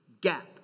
gap